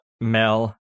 Mel